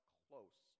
close